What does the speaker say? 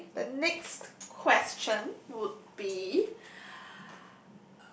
okay the next question would be